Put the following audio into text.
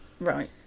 Right